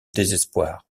désespoir